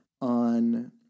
on